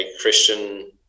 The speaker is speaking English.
Christian